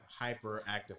hyperactive